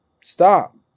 stop